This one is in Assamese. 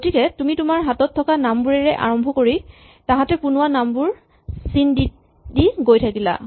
গতিকে তুমি তোমাৰ হাতত থকা নামবোৰেৰে আৰম্ভ কৰি তাঁহাতে পোণোৱা নামবোৰ চিন দি দি গৈ থাকিলা